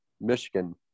Michigan